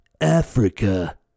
Africa